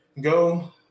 go